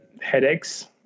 headaches